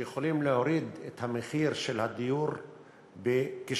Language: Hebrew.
זה יכול להוריד את מחיר הדיור בכ-30%,